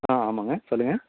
ஆ ஆமாங்க சொல்லுங்க